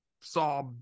saw